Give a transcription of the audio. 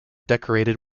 decorated